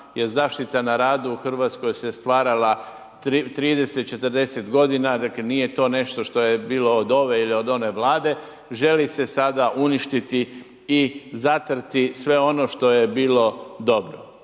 jer zaštita na radu u Hrvatskoj se stvarala 30, 40 godina, dakle nije to nešto što je bilo od ove ili od one Vlade, želi se sada uništiti i zatrti sve ono što je bilo dobro.